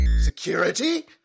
security